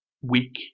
weak